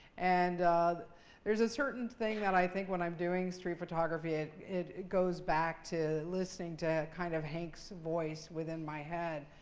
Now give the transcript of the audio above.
and there's a certain thing that i think when i'm doing street photography it it goes back to listening to kind of hanks voice within my head.